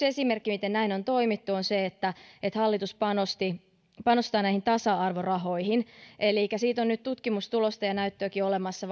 esimerkki miten näin on toimittu on se että että hallitus panostaa näihin tasa arvorahoihin elikkä siitä on nyt vattin tutkimuksen myötä tutkimustulosta ja näyttöäkin olemassa